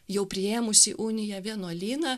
jau priėmusį uniją vienuolyną